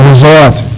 resort